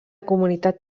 comunitat